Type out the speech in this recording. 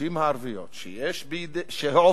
מהנשים הערביות שעובדות